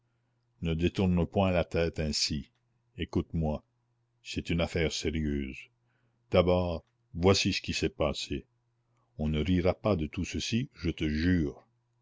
ne détourne point la tête ainsi écoute-moi c'est une affaire sérieuse d'abord voici ce qui s'est passé on ne rira pas de tout ceci je te jure